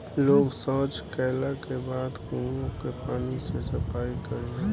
लोग सॉच कैला के बाद कुओं के पानी से सफाई करेलन